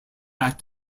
act